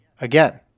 again